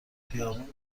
خیابون